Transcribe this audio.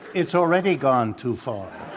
it's already gone too far.